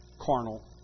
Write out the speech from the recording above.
carnal